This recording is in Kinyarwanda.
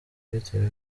bitewe